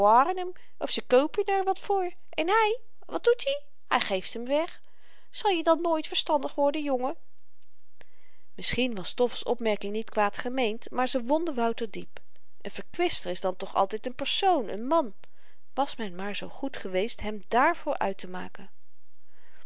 of ze koopen er wat voor en hy wat doet i hy geeft hem weg zal je dan nooit verstandig worden jongen misschien was stoffel's opmerking niet kwaad gemeend maar ze wondde wouter diep een verkwister is dan toch altyd n persoon n man was men maar zoo goed geweest hem dààrvoor uittemaken